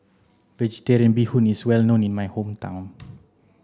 vegetarian bee hoon is well known in my hometown